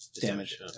damage